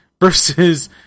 versus